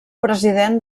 president